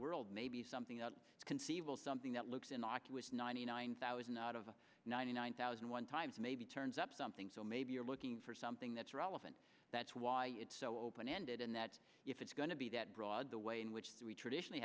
world maybe something out conceivable something that looks innocuous ninety nine thousand out of ninety nine thousand one times maybe turns up something so maybe you're looking for something that's relevant that's why it's so open ended and that if it's going to be that broad the way in which we traditionally